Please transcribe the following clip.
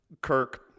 Kirk